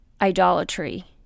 idolatry